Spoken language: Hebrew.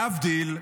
להבדיל,